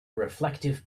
reflective